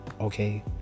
Okay